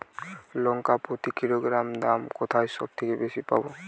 লঙ্কা প্রতি কিলোগ্রামে দাম কোথায় সব থেকে বেশি পাব?